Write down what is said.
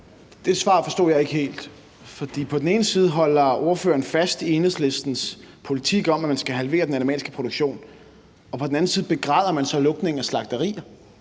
Det svar forstod jeg ikke helt. For på den ene side holder ordføreren fast i Enhedslistens politik om, at man skal halvere den animalske produktion, og på den anden side begræder man så lukningen af slagterier.